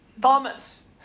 Thomas